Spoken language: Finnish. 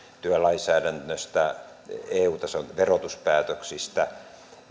työlainsäädännöstä eu tason verotuspäätöksistä